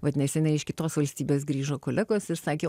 vat neseniai iš kitos valstybės grįžo kolegos ir sakė